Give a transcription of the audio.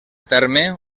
terme